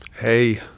Hey